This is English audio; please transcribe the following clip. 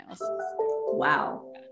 Wow